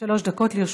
שלוש דקות לרשותך.